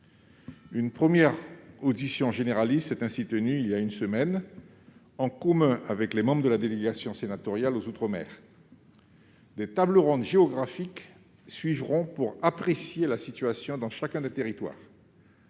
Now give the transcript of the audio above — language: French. Une première audition générale s'est ainsi tenue il y a une semaine, en commun avec les membres de la délégation sénatoriale aux outre-mer. Des tables rondes géographiques suivront pour apprécier la situation dans chacun des territoires.